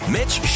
Mitch